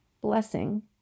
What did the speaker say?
blessing